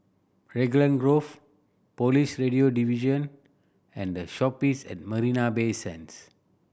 Raglan Grove Police Radio Division and The Shoppes at Marina Bay Sands